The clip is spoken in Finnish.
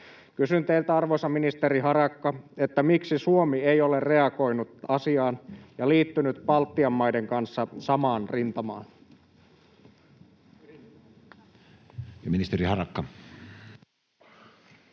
Kysyn teiltä, arvoisa ministeri Harakka: miksi Suomi ei ole reagoinut asiaan ja liittynyt Baltian maiden kanssa samaan rintamaan? Ministeri Harakka.